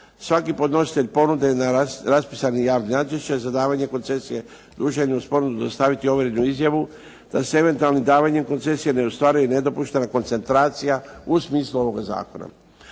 Svaki podnositelj ponude na raspisani javni natječaj za davanje koncesije dužan je uz ponudu dostaviti ovjerenu izjavu da se eventualnim davanjem koncesije ne ostvaruje nedopuštena koncentracija u smislu ovoga zakona.